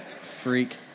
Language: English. freak